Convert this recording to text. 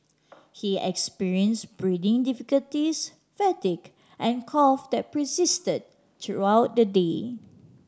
he experienced breathing difficulties fatigue and cough that persisted throughout the day